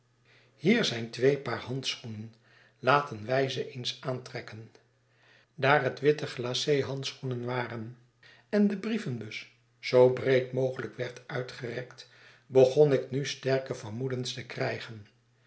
hier zijn twee paar handschoenen laten wij ze eens aantrekken daar het witte glace handschoenen waren en de brievenbus zoo breed mogelijk werd uitgerekt begon ik nu sterke vermoedens te krijgen